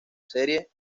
serie